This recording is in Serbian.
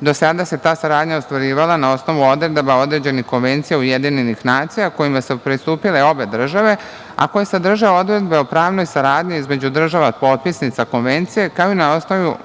Do sada se ta saradnja ostvarivala na osnovu odredaba određenih konvencija UN kojima su pristupile obe države, a koje sadrže odredbe o pravnoj saradnji između država potpisnica konvencije, kao i na osnovu